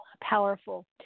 powerful